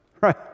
right